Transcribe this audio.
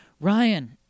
Ryan